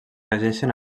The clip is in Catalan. regeixen